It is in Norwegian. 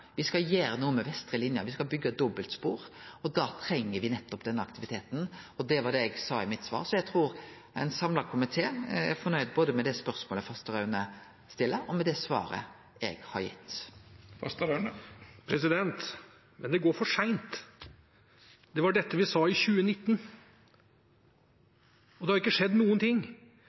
skal gjere noko med vestre linje, me skal byggje dobbeltspor, og då treng me den aktiviteten. Det var det eg sa i svaret mitt. Så eg trur ein samla komité er fornøgd med både spørsmålet som representanten Fasteraune stiller, og svaret eg har gitt. Men det går for sent. Det var dette vi sa i 2019, og det har ikke skjedd noen ting.